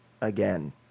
again